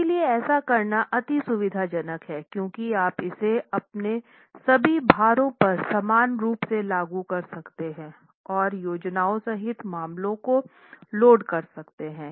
इसलिए ऐसा करना अधिक सुविधाजनक है क्योंकि आप इसे अपने सभी भारों पर समान रूप से लागू कर सकते हैं और संयोजनों सहित मामलों को लोड कर सकते हैं